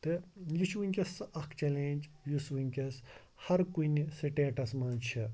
تہٕ یہِ چھُ وٕنکٮ۪س سُہ اَکھ چلینٛج یُس وٕنکٮ۪س ہر کُنہِ سِٹیٚٹَس منٛز چھِ